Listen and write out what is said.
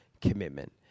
commitment